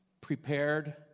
prepared